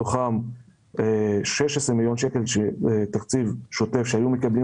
מתוכם 16 מיליון שקלים תקציב שוטף שבכל מקרה היו מקבלים